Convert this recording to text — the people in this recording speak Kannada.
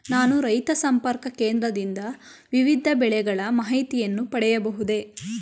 ನಾನು ರೈತ ಸಂಪರ್ಕ ಕೇಂದ್ರದಿಂದ ವಿವಿಧ ಬೆಳೆಗಳ ಮಾಹಿತಿಯನ್ನು ಪಡೆಯಬಹುದೇ?